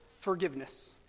forgiveness